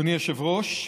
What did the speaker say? אדוני היושב-ראש,